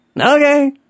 Okay